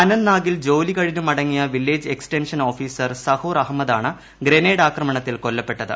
അനന്ത്നാഗിൽ ജോലി കഴിഞ്ഞ് മടങ്ങിയ വില്ലേജ് എക്സ്റ്റൻഷൻ ഓഫീസർ സഹൂർ അഹമ്മദാണ് ഗ്രനേഡ് ആക്രമണത്തിൽ കൊല്ലപ്പെട്ടത്